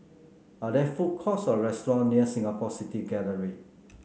are there food courts or restaurant near Singapore City Gallery